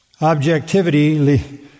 Objectivity